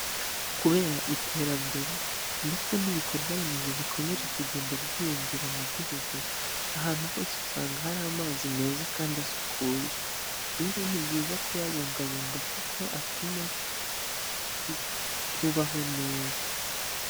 Kubera iterambere ndetse n'ibikorwaremezo bikomeje kugenda byiyongera mu gihugu, ahantu hose usanga hari amazi meza kandi asukuye. Ibi ngibi ni byiza kuyabungabunga kuko atuma ubaho neza.